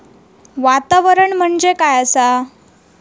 वातावरण म्हणजे काय आसा?